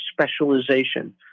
specialization